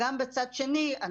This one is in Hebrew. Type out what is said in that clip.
וגם בצד שני,